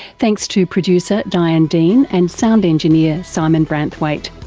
thanks to producer diane dean and sound engineer simon branthwaite.